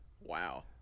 Wow